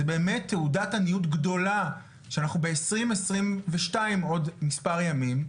זו באמת תעודת עניות גדולה שאנחנו ב-2022 בעוד מספר ימים,